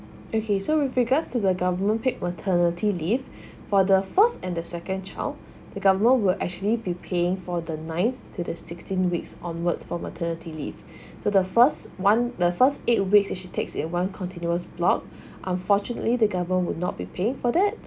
okay so with regards to the government paid maternity leave for the first and the second child become more will actually be paying for the nine to the sixteen weeks onwards for maternity leave so the first one the first aid which takes it one continuous block unfortunately the govern would not be paying for that